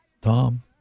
Tom